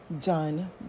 done